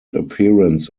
appearance